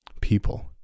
people